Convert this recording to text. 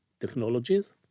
technologies